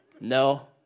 no